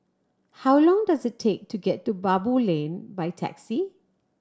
how long does it take to get to Baboo Lane by taxi